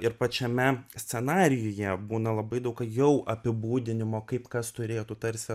ir pačiame scenarijuje būna labai daug jau apibūdinimo kaip kas turėtų tarsi